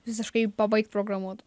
visiškai pabaigt programuot